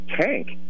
tank